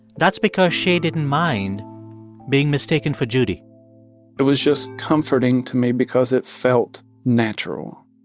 that's because shay didn't mind being mistaken for judy it was just comforting to me because it felt natural